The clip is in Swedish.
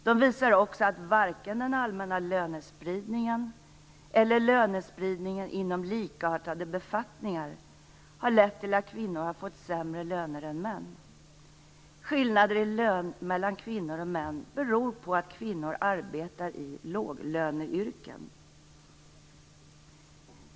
De visar också att varken den allmänna lönespridningen eller lönespridning inom likartade befattningar har lett till att kvinnor har fått sämre löner än män. Skillnader i lön mellan kvinnor och män beror på att kvinnor arbetar i låglöneyrken.